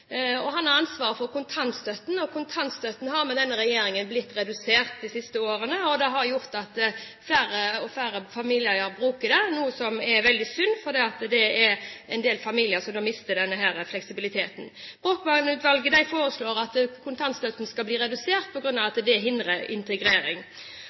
Han har ansvaret for kontantstøtten, og kontantstøtten har med denne regjeringen blitt redusert de siste årene. Det har gjort at færre familier kan bruke det, noe som er veldig synd fordi en del familier da mister denne fleksibiliteten. Brochmann-utvalget foreslår at kontantstøtten skal